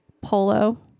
polo